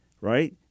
right